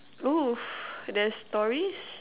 oo there's stories